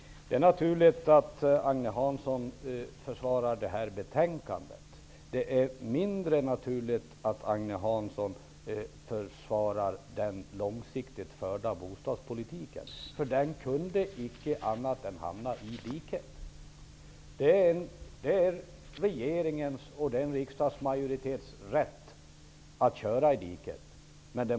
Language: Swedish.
Herr talman! Det är naturligt att Agne Hansson försvarar detta betänkande. Det är mindre naturligt att Agne Hansson försvarar den långsiktigt förda bostadspolitiken. Den kunde icke annat än hamna i diket. Det är en regerings och en riksdagsmajoritets rätt att köra i diket.